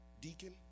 deacon